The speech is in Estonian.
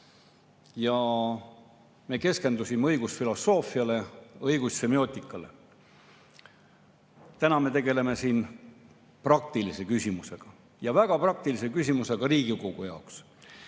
Me keskendusime õigusfilosoofiale, õigussemiootikale. Täna me tegeleme siin praktilise küsimusega ja väga praktilise küsimusega Riigikogu jaoks.